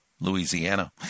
Louisiana